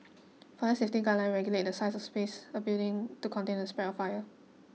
fire safety guidelines regulate the size of spaces a building to contain the spread of fire